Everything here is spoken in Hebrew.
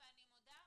הם.